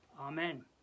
Amen